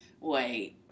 Wait